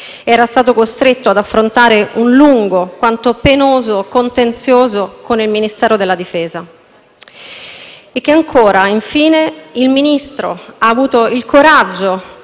era stato costretto ad affrontare un lungo quanto penoso contenzioso con il Ministero della difesa; il Ministro in indirizzo ha avuto il coraggio